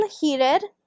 heated